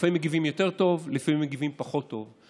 לפעמים מגיבים יותר טוב, לפעמים מגיבים פחות טוב.